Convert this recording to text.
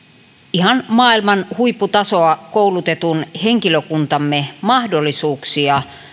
ihan maailman huipputasoa olevan koulutetun henkilökuntamme mahdollisuuksia